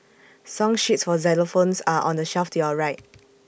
song sheets for xylophones are on the shelf to your right